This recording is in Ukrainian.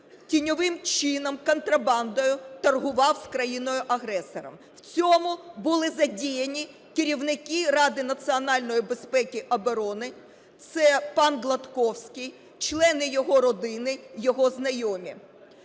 тіньовим чином, контрабандою торгував з країною-агресором. В цьому були задіяні керівники Ради національної безпеки і оброни - це пан Гладковський, члени його родини, його знайомі.